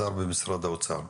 השר במשרד האוצר.